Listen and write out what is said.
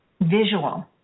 visual